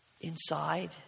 Inside